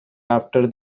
after